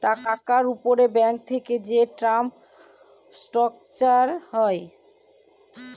টাকার উপর ব্যাঙ্ক থেকে যে টার্ম স্ট্রাকচার হয়